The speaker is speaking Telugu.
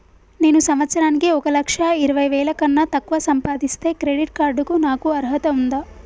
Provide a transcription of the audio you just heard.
నేను సంవత్సరానికి ఒక లక్ష ఇరవై వేల కన్నా తక్కువ సంపాదిస్తే క్రెడిట్ కార్డ్ కు నాకు అర్హత ఉందా?